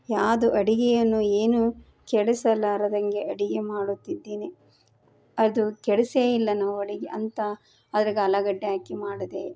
ಯಾವ್ದು ಅಡುಗೆಯನ್ನು ಏನೂ ಕೆಡಿಸಲಾರದಂಗೆ ಅಡುಗೆ ಮಾಡುತ್ತಿದ್ದೇನೆ ಅದು ಕೆಡಿಸೇ ಇಲ್ಲ ನಾವು ಅಡುಗೆ ಅಂತ ಅದ್ರಾಗ ಆಲುಗಡ್ಡೆ ಹಾಕಿ ಮಾಡಿದೆ